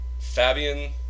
Fabian